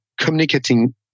communicating